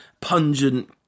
pungent